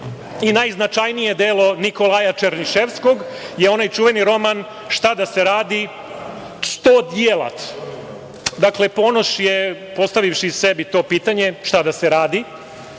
i najznačajnije delo Nikolaja Černiševskog je onaj čuveni roman „Šta da se radi“. Dakle, Ponoš je, postavivši sebi to pitanje – šta da se radi,